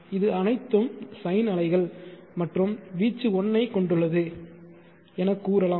இது அனைத்தும் சைன் அலைகள் மற்றும் வீச்சு 1 ஐக் கொண்டுள்ளது என கூறலாம்